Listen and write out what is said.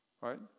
right